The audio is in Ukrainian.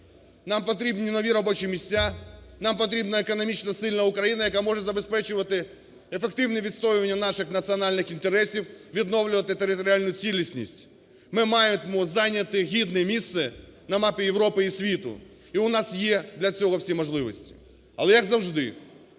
нам потрібні нові робочі місця, нам потрібна економічно сильна України, яка може забезпечувати ефективне відстоювання наших національних інтересів, відновлювати територіальну цілісність. Ми маємо зайняти гідне місце на мапі Європи і світу. І у нас є для цього всі можливості. Але, як завжди,